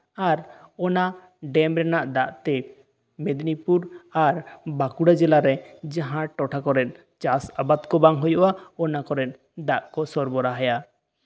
ᱟᱨ ᱚᱱᱟ ᱰᱮᱢ ᱨᱮᱭᱟᱜ ᱫᱟᱜ ᱛᱮ ᱢᱮᱫᱱᱤᱯᱩᱨ ᱟᱨ ᱵᱟᱸᱠᱩᱲᱟ ᱡᱮᱞᱟ ᱨᱮ ᱡᱟᱦᱟᱸ ᱴᱚᱴᱷᱟ ᱠᱚᱨᱮ ᱪᱟᱥ ᱟᱵᱟᱫ ᱠᱚ ᱵᱟᱝ ᱦᱩᱭᱩᱜᱼᱟ ᱚᱱᱟ ᱴᱚᱴᱷᱟ ᱠᱚᱨᱮ ᱫᱟᱜ ᱠᱚ ᱥᱚᱨᱵᱚᱨᱟᱦᱚᱭᱟ